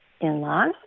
in-laws